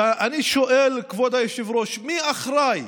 ואני שואל, כבוד היושב-ראש: מי אחראי?